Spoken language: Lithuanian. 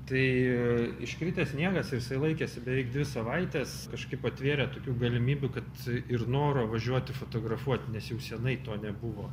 tai iškritęs sniegas jisai laikėsi beveik dvi savaites kažkaip atvėrė tokių galimybių kad ir noro važiuoti fotografuoti nes jau senai to nebuvo